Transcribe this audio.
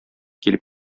килеп